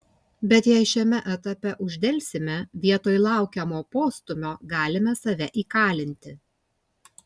bet jei šiame etape uždelsime vietoj laukiamo postūmio galime save įkalinti